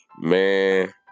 Man